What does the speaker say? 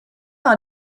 par